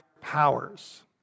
powers